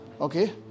Okay